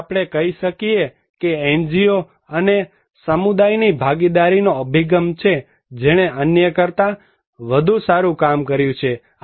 તેથી આપણે કહી શકીએ કે એ NGO અને સમુદાયની ભાગીદારીનો અભિગમ છે જેણે અન્ય કરતાં વધુ સારું કામ કર્યું છે